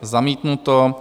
Zamítnuto.